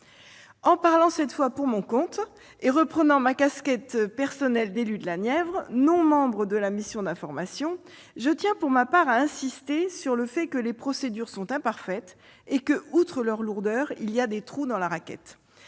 Parlant maintenant pour mon propre compte et reprenant ma casquette d'élue de la Nièvre, non membre de la mission d'information, je tiens à insister sur le fait que les procédures sont imparfaites et que, outre leur lourdeur, il y a des « trous dans la raquette